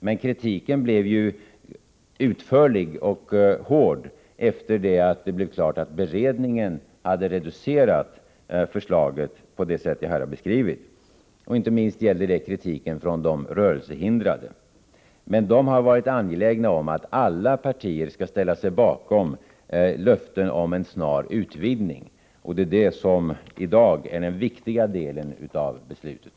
Men kritiken blev utförlig och hård efter det att det blev klart att beredningen reducerat förslaget på det sätt som jag har beskrivit. Inte minst gäller det kritiken från de rörelsehindrade. Men de har varit angelägna om att alla partier skall ställa sig bakom löften om en snar utvidgning, och det är detta som i dag är den viktiga delen av beslutet.